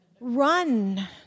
Run